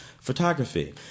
photography